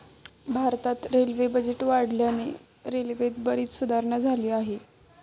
भारतात railway budget वाढल्याने रेल्वेत बरीच सुधारणा झालेली आहे